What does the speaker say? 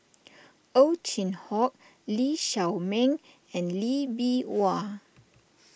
Ow Chin Hock Lee Shao Meng and Lee Bee Wah